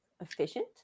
efficient